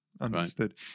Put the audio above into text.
Understood